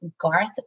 Garth